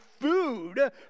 food